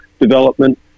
development